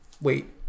Wait